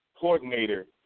Coordinator